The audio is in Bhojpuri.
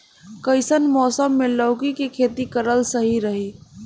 कइसन मौसम मे लौकी के खेती करल सही रही?